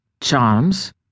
charms